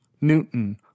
Newton